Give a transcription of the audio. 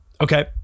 Okay